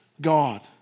God